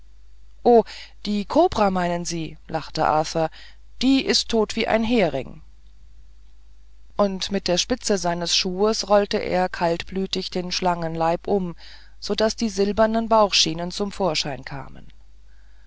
o die kobra meinen sie lachte arthur die ist so tot wie ein hering und mit der spitze seines schuhes rollte er kaltblütig den schlangenleib um so daß die silbernen bauchschienen zum vorschein kamen